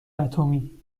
اتمی